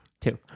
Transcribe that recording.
Two